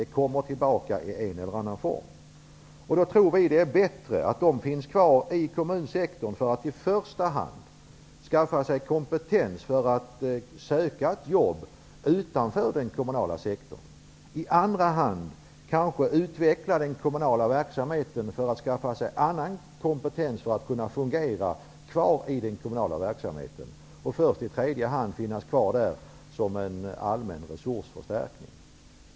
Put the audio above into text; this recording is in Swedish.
Det kommer tillbaka i en eller annan form. Vi socialdemokrater tror att det är bättre att dessa människor finns kvar inom kommunsektorn för att i första hand skaffa sig kompetens för att söka ett jobb utanför den kommunala sektorn och i andra hand kanske utveckla den kommunala verksamheten för att skaffa sig annan kompetens för att kunna vara kvar i den kommunala verksamheten. Först i tredje hand skall de finnas kvar inom kommunsektorn som en allmän resursförstärkning.